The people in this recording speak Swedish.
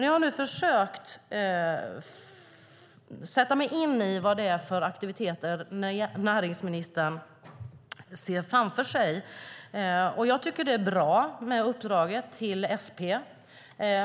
Jag har nu försökt sätta mig in i vad det är för aktiviteter näringsministern ser framför sig, och jag tycker att det är bra med uppdraget till SP.